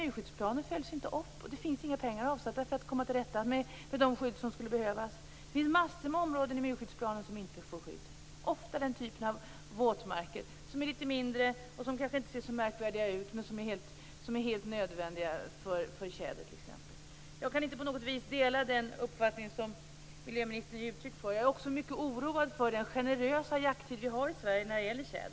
Myrskyddsplanen följs inte upp, och det finns inga pengar avsatta för att komma till rätta med de skydd som skulle behövas. Det finns massor med områden angivna i myrskyddsplanen som inte får skydd, ofta den typ av våtmarker som är litet mindre, som kanske inte ser så märkvärdiga ut men som är helt nödvändiga för t.ex. tjäder. Jag kan inte på något vis dela den uppfattning som miljöministern ger uttryck för. Jag är också mycket oroad för den generösa jakttiden i Sverige när det gäller tjäder.